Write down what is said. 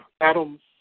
Adam